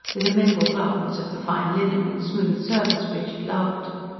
with a mental glance at the fine linen and smooth service richard loved.